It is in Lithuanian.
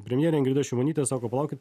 premjerė ingrida šimonytė sako palaukit